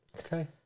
Okay